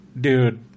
Dude